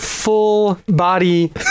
Full-body